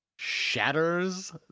shatters